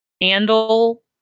handle